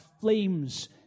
flames